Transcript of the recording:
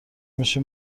میشی